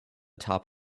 top